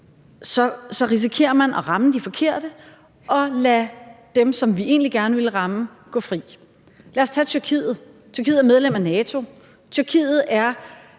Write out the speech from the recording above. nu end kalder det, rammer de forkerte og lader dem, som man egentlig gerne ville ramme, gå fri. Lad os tage Tyrkiet. Tyrkiet er medlem af NATO, og Tyrkiet er